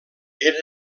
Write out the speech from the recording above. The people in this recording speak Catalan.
era